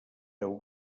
deu